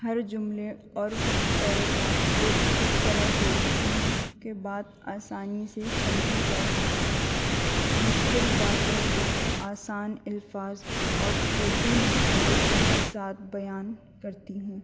ہر جملے اور پیراگراف کو اس طرح جوڑتی ہوں کہ بات آسانی سے سمجھی جا سکے مشکل باتوں کو آسان الفاظ اور چھوٹی مثالوں کے ساتھ بیان کرتی ہوں